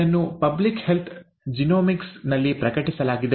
ಇದನ್ನು 'public health genomics' ನಲ್ಲಿ ಪ್ರಕಟಿಸಲಾಗಿದೆ